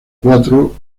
cuatro